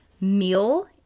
meal